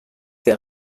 der